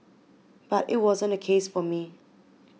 but it wasn't the case for me